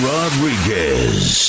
Rodriguez